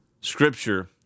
scripture